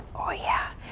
oh yeah.